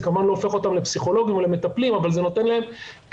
זה כמובן לא הופך אותם לפסיכולוגים או למטפלים אבל זה נותן להם כלים